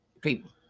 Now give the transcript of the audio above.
people